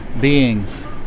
beings